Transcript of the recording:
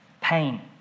pain